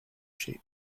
shape